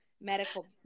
medical